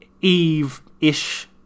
Eve-ish